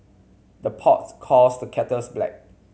the pots calls the kettles black